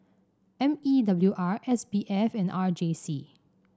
M E W R S B F and R J C